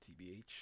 TBH